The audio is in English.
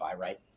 right